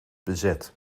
bezet